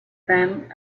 them